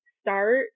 start